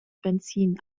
benzin